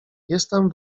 jestem